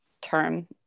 term